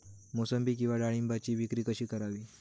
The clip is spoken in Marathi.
मोसंबी किंवा डाळिंबाची विक्री कशी करावी?